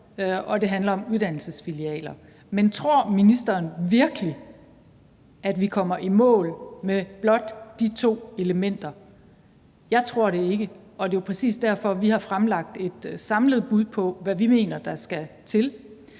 at det handler om uddannelsesfilialer, men tror ministeren virkelig, at vi kommer i mål med blot de to elementer? Jeg tror det ikke, og det er præcis derfor, vi har fremlagt et samlet bud på, hvad vi mener der skal til.